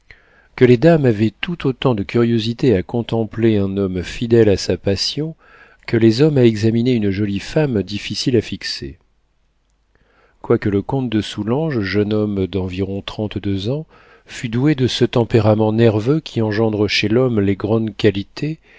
que les dames avaient tout autant de curiosité à contempler un homme fidèle à sa passion que les hommes à examiner une jolie femme difficile à fixer quoique le comte de soulanges jeune homme d'environ trente-deux ans fût doué de ce tempérament nerveux qui engendre chez l'homme les grandes qualités